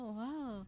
wow